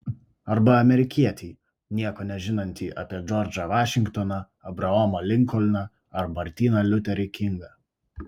arba amerikietį nieko nežinantį apie džordžą vašingtoną abraomą linkolną ar martyną liuterį kingą